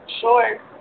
Sure